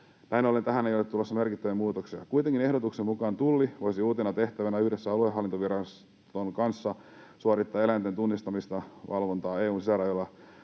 Näin ollen tähän ei ole tulossa merkittäviä muutoksia. Kuitenkin ehdotuksen mukaan Tulli voisi uutena tehtävänä yhdessä aluehallintoviraston kanssa suorittaa eläinten tunnistamisen valvontaa EU:n sisärajoilla